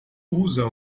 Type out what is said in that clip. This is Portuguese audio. usa